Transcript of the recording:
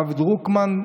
הרב דרוקמן,